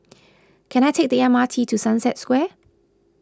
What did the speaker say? can I take the M R T to Sunset Square